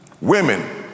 Women